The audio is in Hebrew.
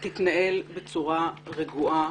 תתנהל בצורה רגועה.